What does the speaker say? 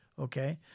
Okay